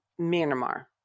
Myanmar